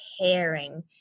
caring